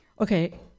Okay